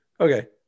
okay